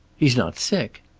he's not sick?